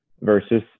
versus